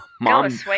mom